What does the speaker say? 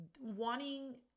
wanting